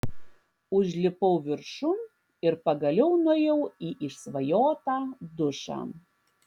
užlipau viršun ir pagaliau nuėjau į išsvajotą dušą